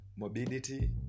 mobility